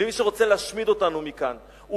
למי שרוצה להשמיד אותנו מכאן.